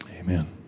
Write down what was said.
amen